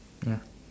ya